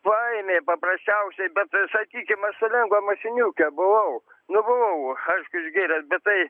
paėmė paprasčiausiai bet sakykim aš su lengva mašiniuke buvau nu buvau aišku išgėręs bat tai